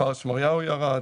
כפר שמריהו ירד.